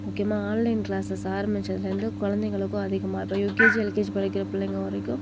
முக்கியமாக online classes ஆரம்பிச்சதுலேருந்து குழந்தைங்களுக்கும் அதிகமாக இப்போ யுகேஜி எல்கேஜி படிக்கிற பிள்ளைங்க வரைக்கும்